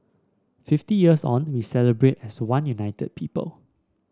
fifty years on we celebrate as one united people